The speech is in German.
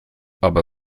aber